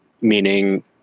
meaning